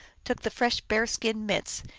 took the fresh bear skin mitts,